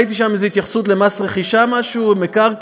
ראיתי שם איזו התייחסות למס רכישה או מקרקעין?